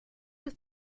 have